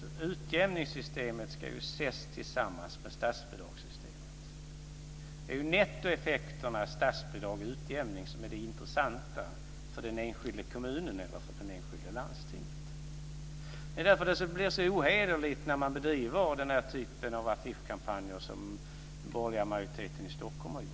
en gång till. Utjämningssystemet ska ses tillsammans med statsbidragssystemet. Det är nettoeffekterna statsbidrag-utjämning som är de intressanta för den enskilda kommunen eller det enskilda landstinget. Det är därför det blir så ohederligt att bedriva den typ av affischkampanj som den borgerliga majoriteten i Stockholm har gjort.